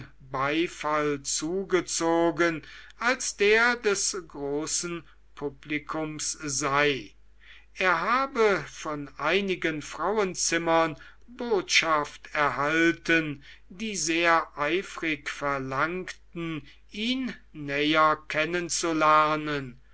beifall zugezogen als der des großen publikums sei er habe von einigen frauenzimmern botschaft erhalten die sehr eifrig verlangten ihn näher